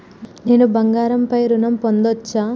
నేను బంగారం పై ఋణం పొందచ్చా?